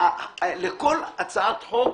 לכל הצעת חוק